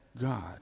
God